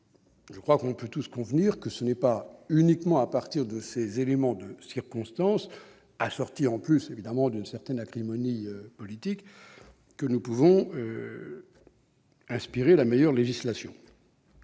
nous pouvons tous convenir que ce n'est pas uniquement à partir de ces éléments de circonstance, assortis en plus d'une certaine acrimonie politique, que nous pourrons inspirer la meilleure législation.